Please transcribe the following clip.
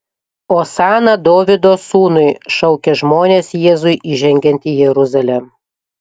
osana dovydo sūnui šaukė žmonės jėzui įžengiant į jeruzalę